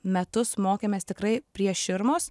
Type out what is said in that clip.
metus mokėmės tikrai prie širmos